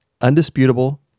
undisputable